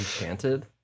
Enchanted